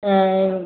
ஆ ஆ